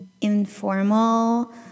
informal